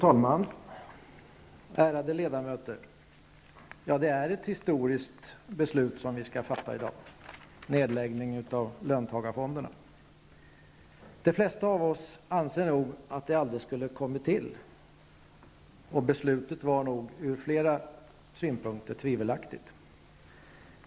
Fru talman, ärade ledamöter! Det är ett historiskt beslut som vi skall fatta i dag, nämligen beslutet att avveckla löntagarfonderna. De flesta av oss anser nog att dessa fonder aldrig skulle ha kommit till. Beslutet att införa dem var ur flera synpunkter tvivelaktigt.